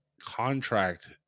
contract